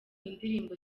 indirimbo